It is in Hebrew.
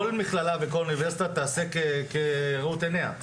כל מכללה וכל אוניברסיטה תעשה כראות עיניה?